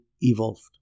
evolved